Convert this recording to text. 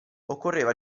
occorreva